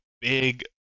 big